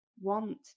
want